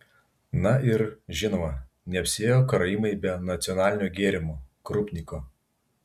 na ir žinoma neapsiėjo karaimai be nacionalinio gėrimo krupniko